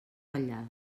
ratllades